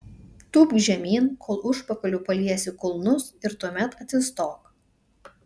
tūpk žemyn kol užpakaliu paliesi kulnus ir tuomet atsistok